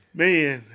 man